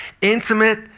intimate